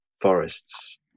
forests